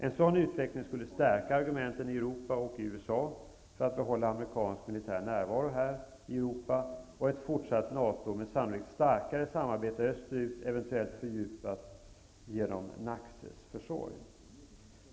En sådan utveckling skulle stärka argumenten i Europa och i USA för att behålla en amerikansk militär närvaro här i Europa och för ett fortsatt NATO, sannolikt med ett starkare samarbete österut, eventuellt fördjupat genom NACC:s försorg.